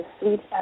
Sweet